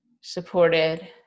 supported